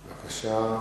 בבקשה.